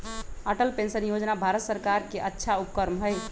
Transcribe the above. Atal pension योजना भारत सर्कार के अच्छा उपक्रम हई